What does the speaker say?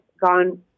gone